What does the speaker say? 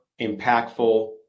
impactful